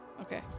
Okay